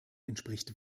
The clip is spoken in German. entspricht